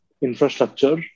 infrastructure